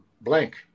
blank